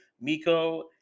Miko